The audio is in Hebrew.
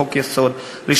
לשנות חוק-יסוד,